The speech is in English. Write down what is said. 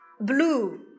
blue